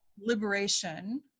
liberation